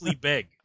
big